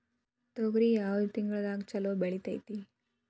ತೊಗರಿ ಯಾವ ತಿಂಗಳದಾಗ ಛಲೋ ಬೆಳಿತೈತಿ?